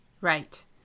right